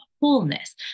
wholeness